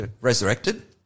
resurrected